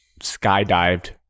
skydived